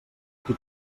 qui